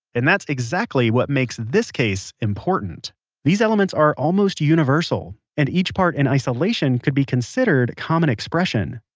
and that's exactly what makes this case important these elements are almost universal, and each part in isolation could be considered common expression.